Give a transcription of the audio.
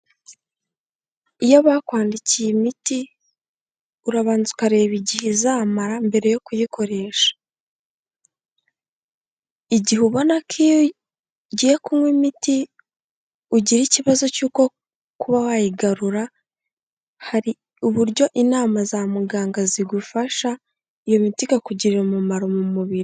Iyo bakwandikiye imiti urabanza ukareba igihe izamara mbere yo kuyikoresha. Igihe ubona ko iyo ugiye kunywa imiti ugira ikibazo cy'uko kuba wayigarura hari uburyo inama za muganga zigufasha iyo miti ikakugirira umumaro mu mubiri.